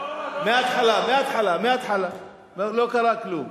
מההתחלה, מההתחלה, מההתחלה, לא קרה כלום.